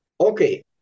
Okay